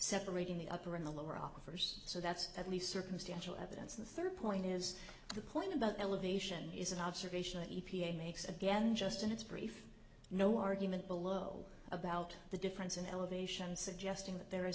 separating the upper and lower offers so that's at least circumstantial evidence the third point is the point about elevation is an observation the e p a makes again just in its brief no argument below about the difference in elevation suggesting that there is